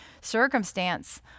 circumstance